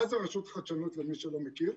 מה זה רשות החדשנות, למי שלא מכיר?